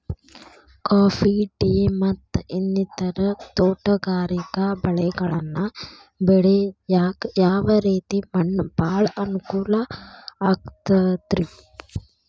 Coffee, tea, ಮತ್ತ ಇನ್ನಿತರ ತೋಟಗಾರಿಕಾ ಬೆಳೆಗಳನ್ನ ಬೆಳೆಯಾಕ ಯಾವ ರೇತಿ ಮಣ್ಣ ಭಾಳ ಅನುಕೂಲ ಆಕ್ತದ್ರಿ?